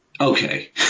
okay